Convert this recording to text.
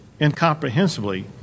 incomprehensibly